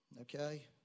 okay